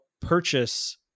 purchase